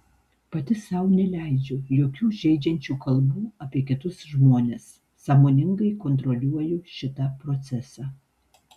pati sau neleidžiu jokių žeidžiančių kalbų apie kitus žmones sąmoningai kontroliuoju šitą procesą